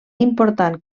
important